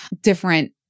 different